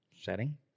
setting